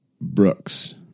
Brooks